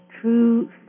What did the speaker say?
true